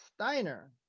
Steiner